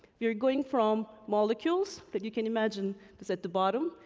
you are going from molecules that you can imagine as at the bottom.